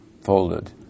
folded